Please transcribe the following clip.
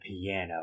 piano